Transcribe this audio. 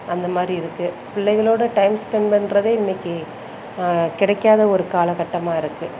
அந்த மாதிரி இருக்குது பிள்ளைகளோட டைம் ஸ்பென்ட் பண்ணுறதே இன்னிக்கு கிடைக்காத ஒரு காலக்கட்டமாக இருக்குது